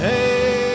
Hey